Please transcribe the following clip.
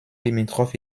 limitrophes